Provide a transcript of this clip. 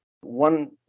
one